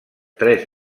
tres